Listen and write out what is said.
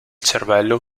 cervello